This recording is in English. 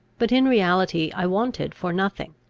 but in reality i wanted for nothing.